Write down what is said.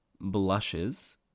blushes